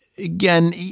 Again